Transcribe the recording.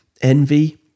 envy